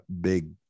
big